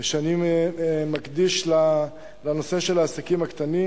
שאני מקדיש לנושא של העסקים הקטנים.